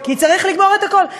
כי צריך לגמור את הכול.